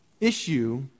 issue